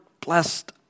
blessed